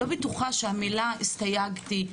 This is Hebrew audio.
לא בטוחה שהמילה "הסתייגתי"